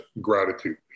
gratitude